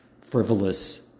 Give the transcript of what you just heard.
frivolous